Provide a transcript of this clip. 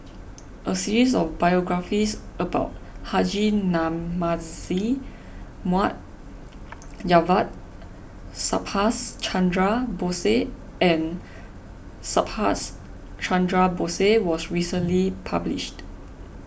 a series of biographies about Haji Namazie Mohd Javad Subhas Chandra Bose and Subhas Chandra Bose was recently published